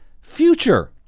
future